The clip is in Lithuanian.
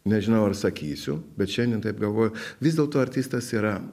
nežinau ar sakysiu bet šiandien taip galvoju vis dėlto artistas yra